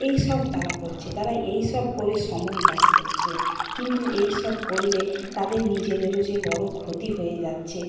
এইসব তারা করছে তারা এইসব করে সময় পাস করছে কিন্তু এইসব করলে তাদের নিজেদেরও যে বড় ক্ষতি হয়ে যাচ্ছে